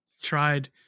tried